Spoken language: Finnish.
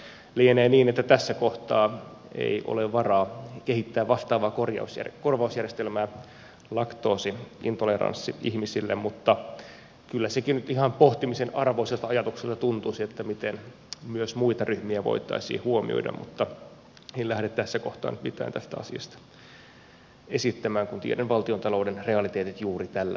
mutta lienee niin että tässä kohtaa ei ole varaa kehittää vastaavaa korvausjärjestelmää laktoosi intoleranssi ihmisille mutta kyllä sekin nyt ihan pohtimisen arvoiselta ajatukselta tuntuisi miten myös muita ryhmiä voitaisiin huomioida mutta en lähde tässä kohtaa nyt mitään tästä asiasta esittämään kun tiedän valtiontalouden realiteetit juuri tällä hetkellä